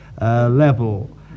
level